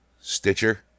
Stitcher